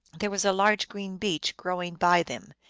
there was a large green beech grow ing by them.